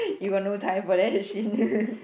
you got no time for that shit